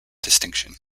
distinction